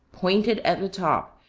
pointed at the top,